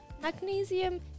magnesium